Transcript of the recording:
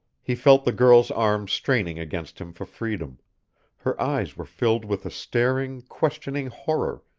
he felt the girl's arms straining against him for freedom her eyes were filled with a staring, questioning horror,